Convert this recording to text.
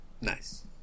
Nice